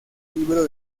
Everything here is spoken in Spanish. libro